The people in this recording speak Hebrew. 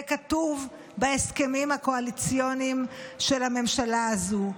זה כתוב בהסכמים הקואליציוניים של הממשלה הזאת,